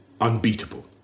unbeatable